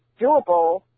doable